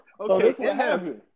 Okay